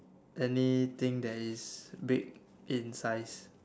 anything that is big in size